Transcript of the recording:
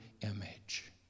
image